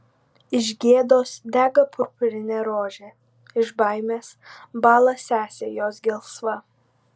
iš gėdos dega purpurinė rožė iš baimės bąla sesė jos gelsva